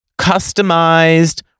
customized